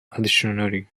additionally